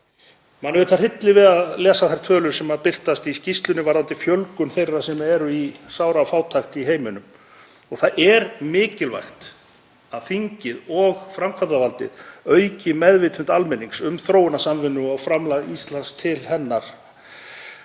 auðvitað við að lesa þær tölur sem birtast í skýrslunni varðandi fjölgun þeirra sem lifa í sárafátækt í heiminum. Það er mikilvægt að þingið og framkvæmdarvaldið auki meðvitund almennings um þróunarsamvinnu og framlag Íslands til hennar